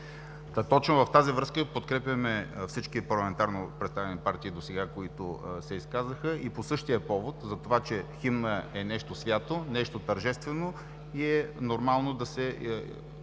Точно в тази връзка подкрепяме всички парламентарно представени партии, които се изказаха досега и по същия повод – за това, че химнът е нещо свято, нещо тържествено и е нормално да се